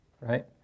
right